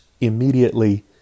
immediately